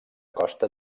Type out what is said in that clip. costa